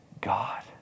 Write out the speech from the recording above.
God